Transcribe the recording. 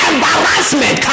Embarrassment